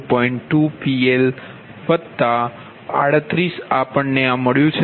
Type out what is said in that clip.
2 PL 38 આપણને આ મળ્યું છે